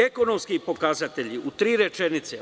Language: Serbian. Ekonomski pokazatelji u tri rečenice.